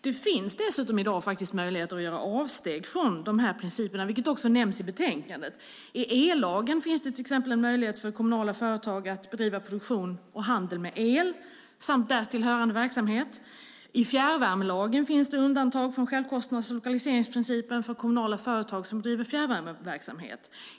Det finns dessutom möjlighet att göra avsteg från dessa principer, vilket också nämns i betänkandet. I ellagen finns till exempel en möjlighet för kommunala företag att bedriva produktion och handel med el samt därtill hörande verksamhet. I fjärrvärmelagen finns det undantag från självkostnads och lokaliseringsprinciperna för kommunala företag som bedriver fjärrvärmeverksamhet.